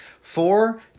Four